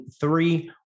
three